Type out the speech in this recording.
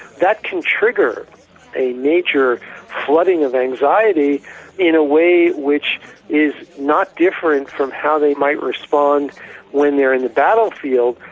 that can trigger a major flooding of anxiety in a way which is not different from how they might respond when they're in the battlefield.